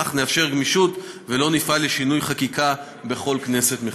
אך נאפשר גמישות ולא נפעל לשינוי חקיקה בכל כנסת מחדש.